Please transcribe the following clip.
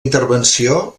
intervenció